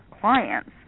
clients